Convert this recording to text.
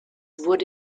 wurde